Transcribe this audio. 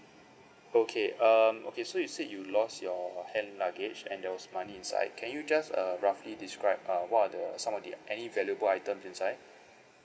okay um okay so you said you lost your hand luggage and there was money inside can you just uh roughly describe uh what are the some of the any valuable items inside